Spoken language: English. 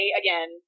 again